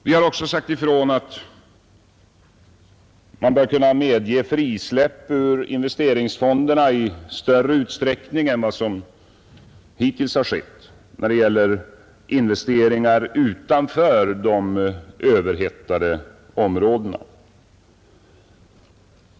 Vi har också sagt ifrån att man bör kunna medge frisläpp ur investeringsfonderna i större utsträckning än vad som hittills har skett när det gäller investeringar utanför de ”överhettade” områdena.